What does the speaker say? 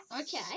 Okay